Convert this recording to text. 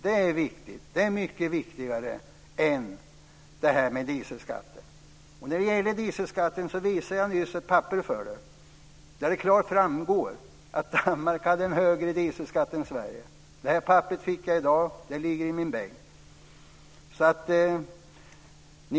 Det är viktigt. Det är mycket viktigare än dieselskatten. När det gäller dieselskatten visade jag nyss ett papper för Carl G Nilsson där det klart framgår att Danmark hade en högre dieselskatt än Sverige. Det papperet fick jag i dag, och det ligger i min bänk.